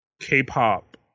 k-pop